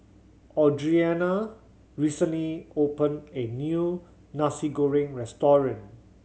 Audrianna recently opened a new Nasi Goreng restaurant